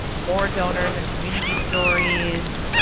more donors and community stories,